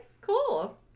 cool